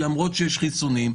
למרות שיש חיסונים.